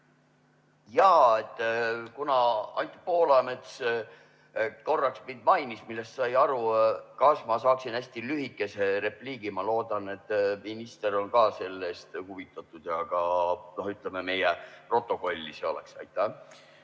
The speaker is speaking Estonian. Jaa. Kuna Anti Poolamets korraks mind mainis, millest sai aru, kas ma saaksin hästi lühikese repliigi? Ma loodan, et minister on ka sellest huvitatud, et see oleks, ütleme, meie protokollis sees.